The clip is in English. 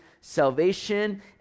salvation